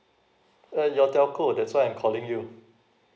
uh your telco that's why I'm calling you